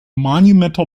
monumental